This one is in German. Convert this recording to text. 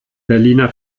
berliner